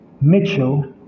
Mitchell